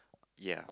yea